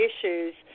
issues